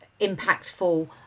impactful